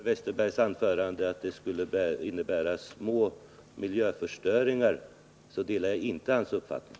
Herr talman! När det gäller den sista delen av herr Westerbergs anförande, nämligen att det skulle röra sig om små miljöförstöringar, så delar jag inte hans uppfattning.